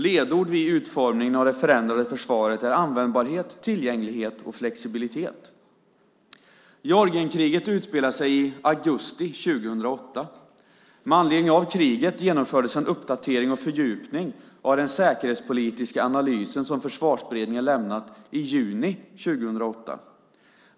Ledord vid utformningen av det förändrade försvaret är användbarhet, tillgänglighet och flexibilitet. Georgienkriget utspelade sig i augusti 2008. Med anledning av kriget genomfördes en uppdatering och fördjupning av den säkerhetspolitiska analysen, som Försvarsberedningen lämnat i juni 2008.